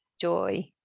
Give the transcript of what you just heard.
joy